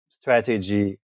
strategy